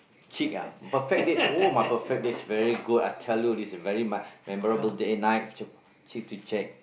cheek ah perfect date oh my perfect date is very good I tell you it's very my memorable day at night cheek to check